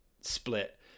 split